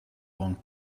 one